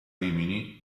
rimini